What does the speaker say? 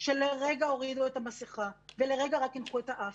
שלרגע הורידו את המסכה ולרגע רק קינחו את האף,